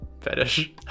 Fetish